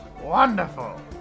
wonderful